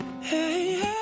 Hey